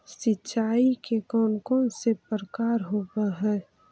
सिंचाई के कौन कौन से प्रकार होब्है?